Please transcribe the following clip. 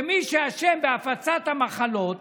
שמי שאשם בהפצת המחלות